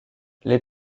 les